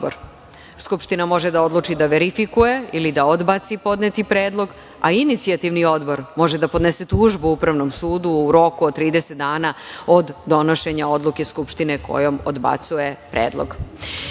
odbor. Skupština može da odluči da verifikuje ili da odbaci podneti predlog, a inicijativni odbor može da podnese tužbu upravnom sudu u roku od 30 dana od donošenja odluke Skupštine kojom odbacuje predlog. Kada